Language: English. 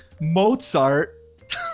Mozart